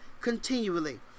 continually